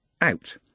out